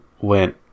went